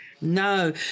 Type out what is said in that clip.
No